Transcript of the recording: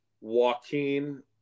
Joaquin –